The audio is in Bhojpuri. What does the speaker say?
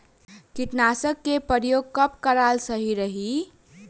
कीटनाशक के प्रयोग कब कराल सही रही?